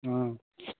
हँ